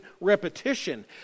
repetition